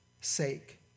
sake